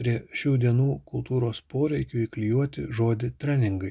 prie šių dienų kultūros poreikių įklijuoti žodį treningai